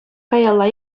каялла